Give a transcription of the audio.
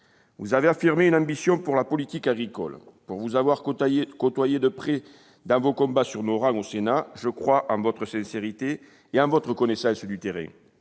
Vous avez affirmé une ambition pour la politique agricole. Pour vous avoir côtoyé de près dans vos combats dans nos rangs au Sénat, je crois en votre sincérité et en votre connaissance du terrain.